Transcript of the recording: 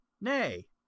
NAY